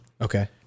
Okay